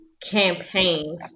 campaign